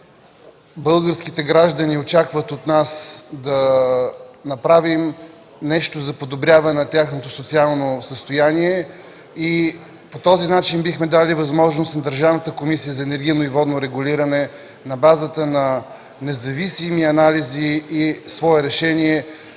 Българските граждани очакват от нас да направим нещо за подобряване на тяхното социално състояние. По този начин бихме дали възможност Държавната комисията за енергийно и водно регулиране на базата на независими анализи и свое решение